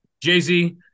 Jay-Z